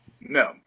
No